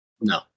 No